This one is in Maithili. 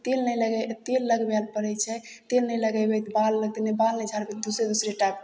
तेल नहि लगे तेल लगबय लेल पड़ै छै तेल नहि लगयबै तऽ बाल लगतै नहि बाल नहि झाड़बै तऽ दोसरे दोसरे टाइप